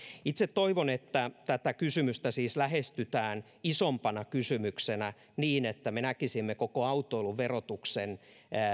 itse toivon että tätä kysymystä siis lähestytään isompana kysymyksenä niin että me näkisimme koko autoiluverotuksen